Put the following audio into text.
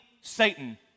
Satan